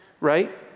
right